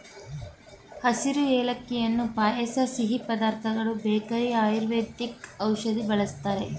ಹಸಿರು ಏಲಕ್ಕಿಯನ್ನು ಪಾಯಸ ಸಿಹಿ ಪದಾರ್ಥಗಳು ಬೇಕರಿ ಆಯುರ್ವೇದಿಕ್ ಔಷಧಿ ಬಳ್ಸತ್ತರೆ